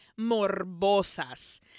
morbosas